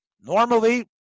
Normally